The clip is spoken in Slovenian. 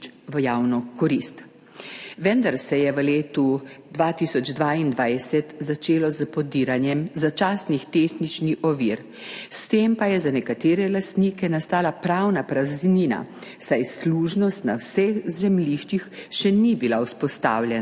Vendar se je v letu 2022 začelo s podiranjem začasnih tehničnih ovir, s tem pa je za nekatere lastnike nastala pravna praznina, saj služnost na vseh zemljiščih še ni bila vzpostavljena,